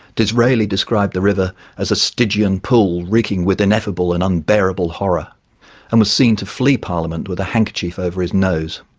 disraeli described the river as a stygian pool reeking with ineffable and unbearable horror and was seen to flee parliament with a handkerchief over his nose.